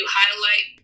highlight